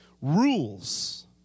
rules